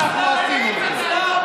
אנחנו עשינו את זה.